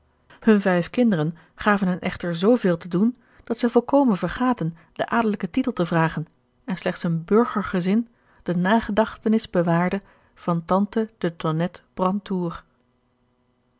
hun vijf kinderen gaven hen echter zooveel te doen dat zij volkomen vergaten den adelijken titel te vragen en slechts een burgergezin de nagedachtenis bewaarde van tante de